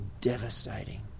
devastating